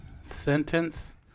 sentence